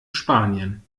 spanien